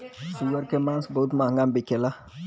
सूअर के मांस बहुत महंगा बिकेला